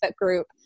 group